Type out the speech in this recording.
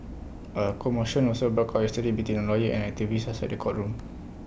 A commotion also broke out yesterday between A lawyer and an activist outside the courtroom